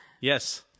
Yes